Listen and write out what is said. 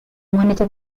monete